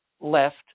left